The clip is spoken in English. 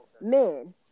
men